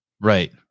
Right